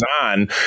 on